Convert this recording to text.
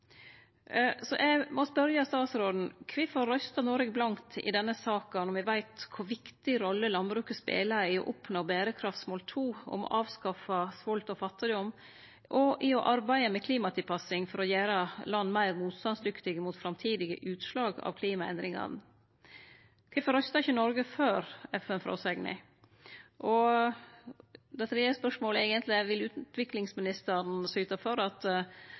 Eg må spørje statsråden: Kvifor røysta Noreg blankt i denne saka når me veit kor viktig rolle landbruket speler i å oppnå berekraftsmål 2, om å avskaffe svolt og fattigdom, og i å arbeide med klimatilpassing for å gjere land meir motstandsdyktige mot framtidige utslag av klimaendringane? Kvifor røysta ikkje Noreg for FN-fråsegna? Og det tredje spørsmålet er: Vil utviklingsministeren syte for at